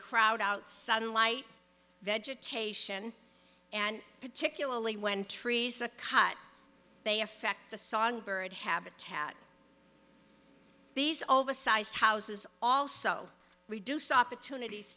crowd out sunlight vegetation and particularly when trees are cut they affect the songbird habitat these oversized houses also reduce opportunities